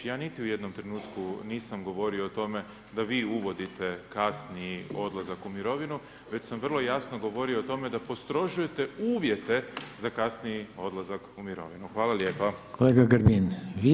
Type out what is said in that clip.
Ja niti u jednom trenutku nisam govorio o tome, da vi uvodite kasniji ulazak u mirovinu, već sam vrlo jasno govorio o tome da potražujete uvijete za kasniji odlazak u mirovinu, hvala lijepo.